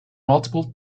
multiple